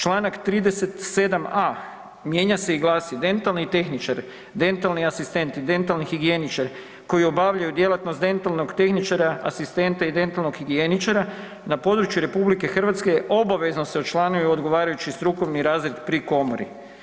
Čl. 37.a mijenja se i glasi „dentalni tehničari, dentalni asistenti, dentalni higijeničari koji obavljaju djelatnost dentalnog tehničara, asistenta i dentalnog higijeničara na području RH obavezno se učlanjuju u odgovarajući strukovni razred pri komori“